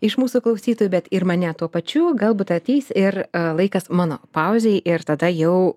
iš mūsų klausytojų bet ir mane tuo pačių galbūt ateis ir laikas mano pauzei ir tada jau